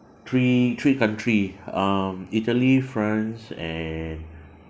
three three country um italy france and